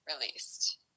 released